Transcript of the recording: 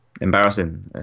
embarrassing